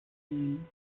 gehen